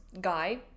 guy